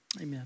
Amen